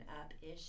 up-ish